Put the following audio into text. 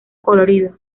colorido